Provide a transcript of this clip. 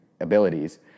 abilities